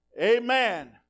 Amen